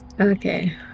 Okay